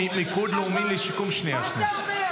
ואני אשמח לשתף איתו פעולה בנושא